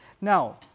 Now